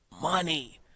money